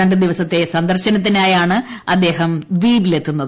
രണ്ട് ദിവസത്തെ സന്ദർശനത്തിനായാണ് അദ്ദേഹം ദ്വീപിലെത്തുന്നത്